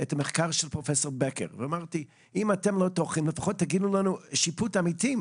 המחקר של פרופסור בקר וביקשתי לפחות שיפוט עמיתים,